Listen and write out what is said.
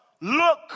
look